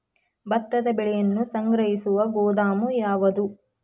ಭತ್ತದ ಬೆಳೆಯನ್ನು ಸಂಗ್ರಹಿಸುವ ಗೋದಾಮು ಯಾವದು?